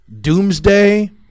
Doomsday